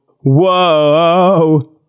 Whoa